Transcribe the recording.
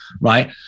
right